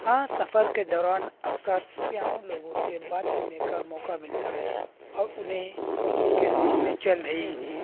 ہاں سفر کے دوران اکثر سیاحوں لوگوں سے بات کرنے کا موقع ملتا ہے اور انہیں اور ان کے دیش میں چل رہی